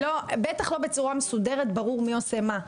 בטח לא בצורה מסודרת שברור מי עושה מה.